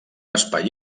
espai